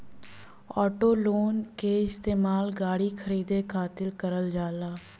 auto loan क इस्तेमाल गाड़ी खरीदे खातिर करल जाला